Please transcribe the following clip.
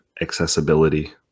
accessibility